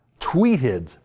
tweeted